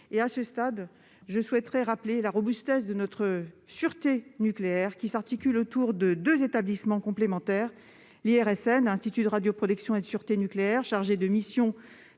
À ce stade, je souhaiterais rappeler la robustesse de notre sûreté nucléaire, qui s'articule autour de deux établissements complémentaires, l'Institut de radioprotection et de sûreté nucléaire (IRSN), chargé d'une mission